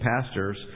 pastors